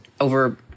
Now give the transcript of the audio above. over